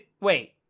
Wait